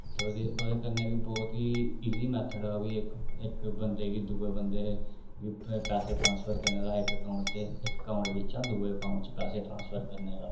ते ओह्दे ओह्दे कन्नै बी बौह्त ई ईज़ी मैथड ऐ ओह् बी इक इक बंदे गी दूए बंदे पैसे ट्रांसफर करने दा इक अकाउंट च इक अकाउंट बिच्चा दूए अकाउंट च पैसे ट्रांसफर करने दा